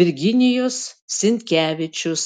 virginijus sinkevičius